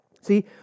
See